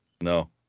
No